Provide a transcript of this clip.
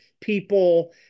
people